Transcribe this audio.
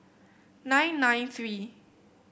nine nine three